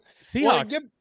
Seahawks